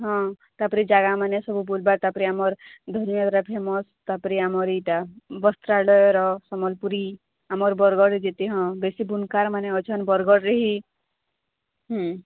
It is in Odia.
ହଁ ତା'ପରେ ଜାଗାମାନେ ସବୁ ବୁଲବାର ତା ପରେ ଆମର ଧନୁ ଯାତ୍ରା ଫେମସ୍ ତା'ପରେ ଆମର ଏଇଟା ବସ୍ତ୍ରାଳୟର ସମଲପୁରୀ ଆମର ବରଗଡ଼ର ଯେତେ ହଁ ବେଶି ବୁନକାରମାନେ ଅଛନ ବରଗଡ଼ରେ ହି